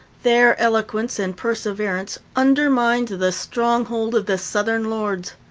their eloquence and perseverance undermined the stronghold of the southern lords.